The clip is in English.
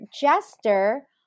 jester